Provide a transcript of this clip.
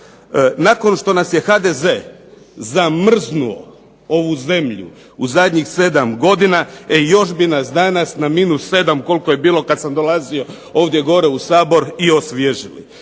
Nakon što nas je HDZ zamrznuo ovu zemlju u zadnjih 7 godina, još bi nas danas na -7 koliko je bilo kada sam dolazio ovdje gore u Sabor, i osvježili.